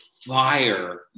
fire